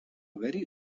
very